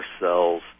cells